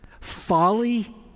Folly